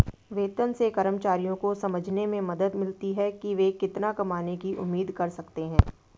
वेतन से कर्मचारियों को समझने में मदद मिलती है कि वे कितना कमाने की उम्मीद कर सकते हैं